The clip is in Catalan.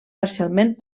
parcialment